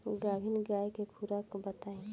गाभिन गाय के खुराक बताई?